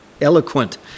eloquent